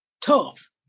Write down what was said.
tough